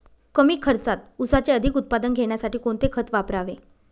कमी खर्चात ऊसाचे अधिक उत्पादन घेण्यासाठी कोणते खत वापरावे?